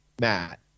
matt